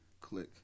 click